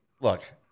look